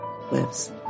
lives